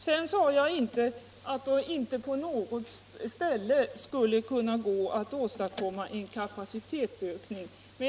Jag sade inte att det inte på något ställe skulle kunna gå att åstadkomma en kapacitetsökning.